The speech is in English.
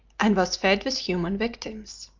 and was fed with human victims.